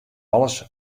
alles